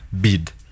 bid